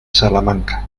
salamanca